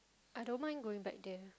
I don't mind going back there